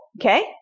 Okay